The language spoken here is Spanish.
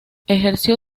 ejerció